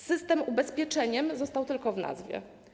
System ubezpieczeniem został tylko w nazwie.